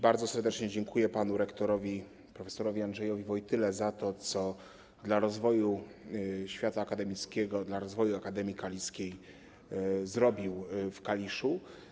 Bardzo serdecznie dziękuję panu rektorowi prof. Andrzejowi Wojtyle za to, co dla rozwoju świata akademickiego, dla rozwoju Akademii Kaliskiej zrobił w Kaliszu.